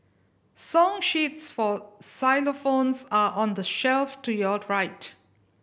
song sheets for xylophones are on the shelf to your right